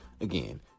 again